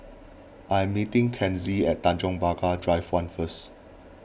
I am meeting Kenzie at Tanjong Pagar Drive one first